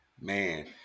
man